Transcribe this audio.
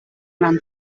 ran